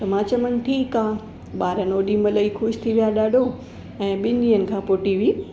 त मां चयमि मान ठीकु आहे ॿारनि ओॾी महिल ई ख़ुशि थी विया ॾाढो ऐं ॿिनि ॾिंहंनि खां पोइ टीवी